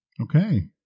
Okay